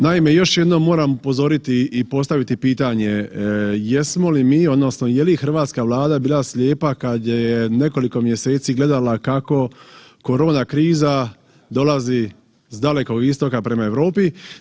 Naime, još jednom moram upozoriti i postaviti pitanje jesmo li mi odnosno je li hrvatska Vlada bila slijepa kad je nekoliko mjeseci gledala kako korona kriza dolazi s dalekog istoka prema Europi?